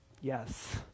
yes